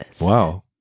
wow